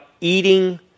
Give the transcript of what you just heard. eating